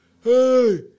Hey